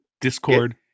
discord